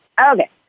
okay